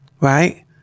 Right